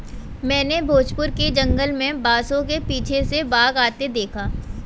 मैंने भोजपुर के जंगल में बांसों के पीछे से बाघ आते देखा